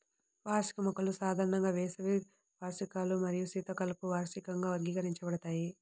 వార్షిక మొక్కలు సాధారణంగా వేసవి వార్షికాలు మరియు శీతాకాలపు వార్షికంగా వర్గీకరించబడతాయి